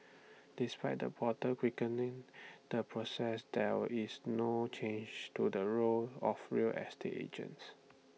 despite the portal quickening the process there is no change to the role of real estate agents